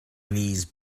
knees